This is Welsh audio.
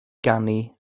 ganu